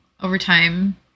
overtime